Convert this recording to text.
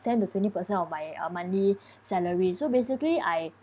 ten to twenty percent of my uh monthly salary so basically I